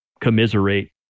commiserate